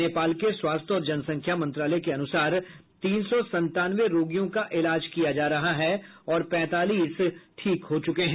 नेपाल के स्वास्थ्य और जनसंख्या मंत्रालय के अनुसार तीन सौ संतानवे रोगियों का इलाज किया जा रहा है और पैंतालीस ठीक हो चुके हैं